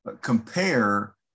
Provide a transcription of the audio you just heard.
compare